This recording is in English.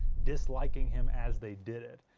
disliking him as they did it.